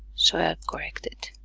so i'll correct it